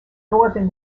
northern